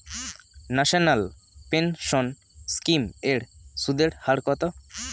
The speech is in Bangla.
ন্যাশনাল পেনশন স্কিম এর সুদের হার কত?